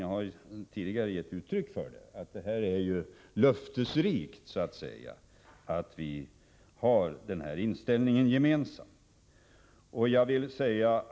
Jag har tidigare uttryckt uppfattningen att det är löftesrikt att vi har denna gemensamma inställning.